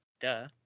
Duh